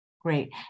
Great